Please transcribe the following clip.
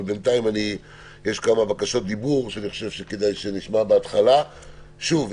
אבל בינתיים יש כמה בקשות דיבור שאני חושב שכדאי שנשמע בהתחלה שוב,